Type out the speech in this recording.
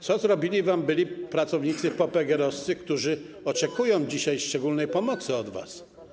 Co zrobili wam byli pracownicy popegeerowscy, którzy oczekują dzisiaj szczególnej pomocy od was?